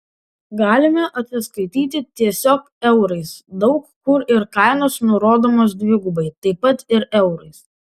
galime atsiskaityti tiesiog eurais daug kur ir kainos nurodomos dvigubai taip pat ir eurais